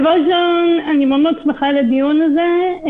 אני מאוד שמחה על הדיון הזה.